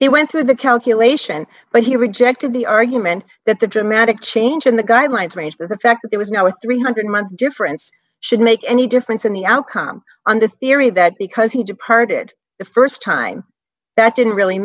it went through the calculation but he rejected the argument that the dramatic change in the guidelines range the fact that there was now a three hundred month difference should make any difference in the outcome on the theory that because he departed the st time that didn't really